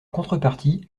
contrepartie